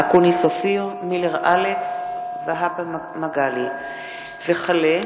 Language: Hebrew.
אופיר אקוניס, אלכס מילר ומגלי והבה,